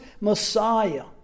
Messiah